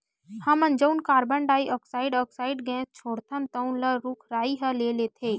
हमन जउन carbon dioxide oxide gas छोड़थन तउन ल रूख राई ह ले लेथे